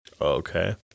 Okay